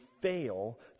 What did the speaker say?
fail